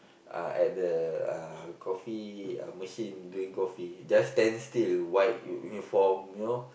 uh at the uh coffee uh machine doing coffee just stand still white U uniform you know